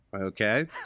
Okay